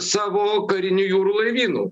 savo kariniu jūrų laivynu